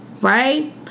right